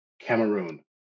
cameroon